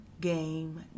game